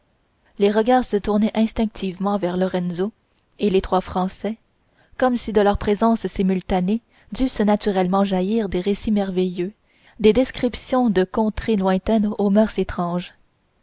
les regards se tournaient instinctivement vers lorenzo et les trois français comme si de leur présence simultanée dussent naturellement jaillir des récits merveilleux des descriptions de contrées lointaines aux moeurs étranges